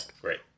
Great